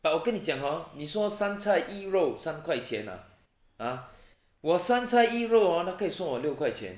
but 我跟你讲 hor 你说三菜一肉三块钱 ah !huh! 我三菜一肉 hor 他可以算我六块钱